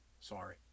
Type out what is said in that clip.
sorry